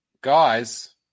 guys